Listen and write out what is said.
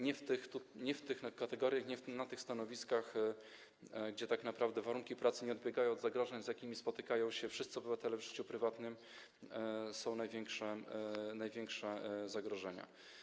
Nie w odniesieniu do tych kategorii, nie na tych stanowiskach, gdzie tak naprawdę warunki pracy nie odbiegają od zagrożeń, z jakimi spotykają się wszyscy obywatele w życiu prywatnym, występują największe zagrożenia.